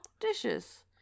dishes